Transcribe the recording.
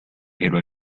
pero